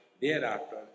thereafter